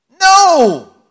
No